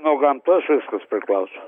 nuo gamtos viskas priklauso